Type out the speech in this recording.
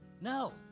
No